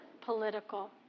political